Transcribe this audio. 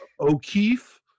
O'Keefe